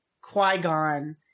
Qui-Gon